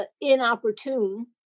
inopportune